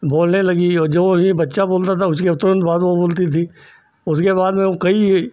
बोलने लगी और जो वही बच्चा बोलता था वह उसके तुरंत बाद वह बोलती थी उसके बाद में वह कई